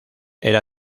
era